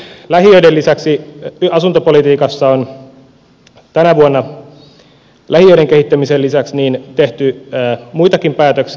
lähiöiden lisäksi asuntopolitiikassa on tänä vuonna lähiöiden kehittämisen lisäksi tehty muitakin päätöksiä